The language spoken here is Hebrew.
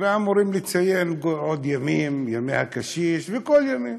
ואמורים לציין עוד ימים, ימי הקשיש וכל הימים.